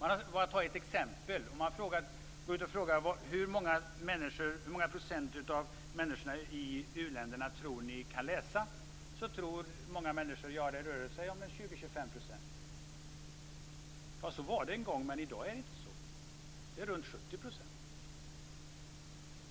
Jag skall ta ett exempel. Om man går ut och frågar människor om hur många procent av människorna i u-länderna de tror kan läsa, tror många människor att det rör sig om 20-25 %. Ja, så var det en gång. Men i dag är det inte så. Det är runt 70 %.